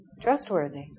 trustworthy